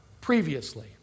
previously